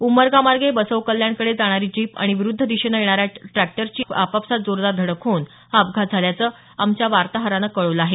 उमरगा मार्गे बसवकल्याणकडे जाणारी जीप आणि विरुद्ध दिशेनं येणाऱ्या ट्रॅक्टरची आप आपसात जोरदार धडक होऊन हा अपघात झाल्याचं आमच्या वार्ताहरानं कळवलं आहे